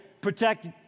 protect